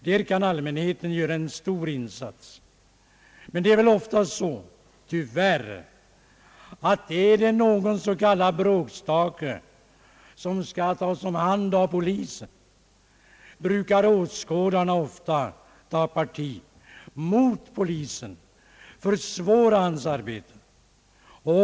Därvidlag kan allmänheten göra en stor insats, men det är väl oftast så, tyvärr, att när en bråkstake skall tas om hand av polisen brukar ofta åskådarna ta parti mot polisen och försvåra hans arbete.